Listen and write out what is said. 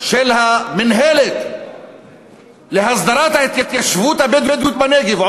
של המינהלת להסדרת ההתיישבות הבדואית בנגב,